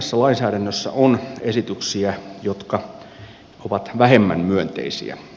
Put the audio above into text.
tässä lainsäädännössä on esityksiä jotka ovat vähemmän myönteisiä